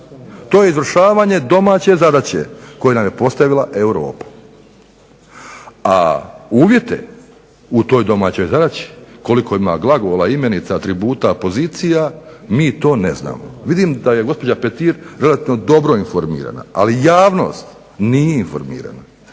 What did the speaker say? To je izvršavanje domaće zadaće koju nam je postavila Europa. A uvjete u toj domaćoj zadaći, koliko ima glagola, imenica, atributa, pozicija mi to ne znamo. Vidim da je gospođa Petir relativno dobro informirana. Ali, javnost nije informirana.